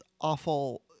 awful